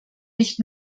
nicht